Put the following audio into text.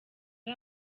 ari